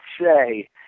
say